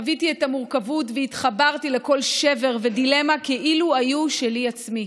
חוויתי את המורכבות והתחברתי לכל שבר ודילמה כאילו היו שלי עצמי.